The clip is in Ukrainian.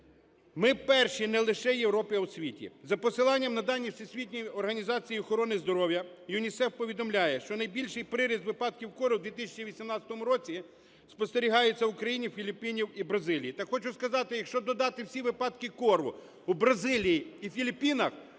Ми перші не лише в Європі, а у світі. За посиланням на дані Всесвітньої організації охорони здоров'я, ЮНІСЕФ повідомляє, що найбільший приріст випадків кору в 2018 році спостерігається в Україні, Філіппінах і Бразилії. Так хочу сказати, якщо додати всі випадки кору у Бразилії і Філіппінах,